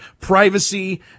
privacy